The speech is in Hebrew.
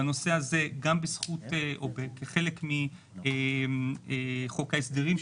בנושא הזה כחלק מחוק ההסדרים,